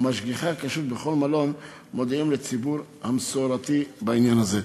ומשגיחי הכשרות בכל מלון מודיעים לציבור המסורתי בעניין הזה.